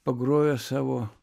pagrojo savo